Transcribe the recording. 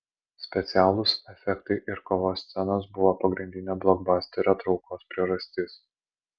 specialūs efektai ir kovos scenos buvo pagrindinė blokbasterio traukos priežastis